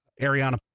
Ariana